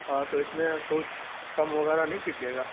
ہاں تو اِس میں کچھ کم وغیرہ نہیں کیجیے گا